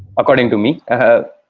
according to me